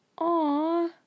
Aw